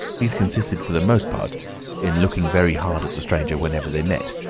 these consisted for the most part in looking very hard at the stranger whenever they met,